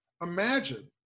Imagine